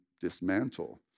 dismantle